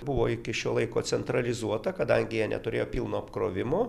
buvo iki šio laiko centralizuota kadangi jie neturėjo pilno apkrovimo